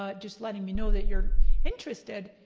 ah just letting me know that you're interested,